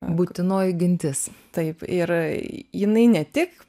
būtinoji gintis taip ir jinai ne tik